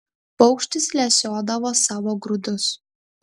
paukštis lesiodavo savo grūdus